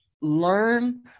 learn